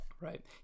right